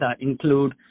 include